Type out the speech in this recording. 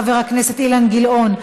חבר הכנסת אילן גילאון,